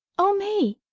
o me,